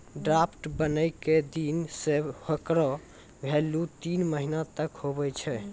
draft बनै के दिन से हेकरो भेल्यू तीन महीना तक हुवै छै